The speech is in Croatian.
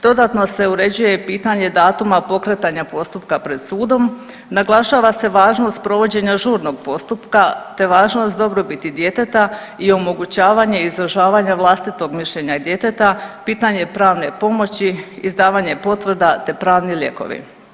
Dodatno se uređuje i pitanje datuma pokretanja postupka pred sudom, naglašava se važnost provođenja žurnog postupka te važnost dobrobiti djeteta i omogućavanje izražavanja vlastitog mišljenja i djeteta, pitanje pravne pomoći, izdavanje potvrda te pravni lijekovi.